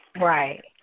Right